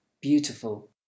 beautiful